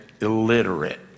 illiterate